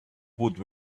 would